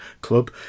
club